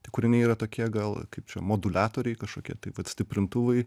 tai kūriniai yra tokie gal kaip čia moduliatoriai kažkokie tai vat stiprintuvai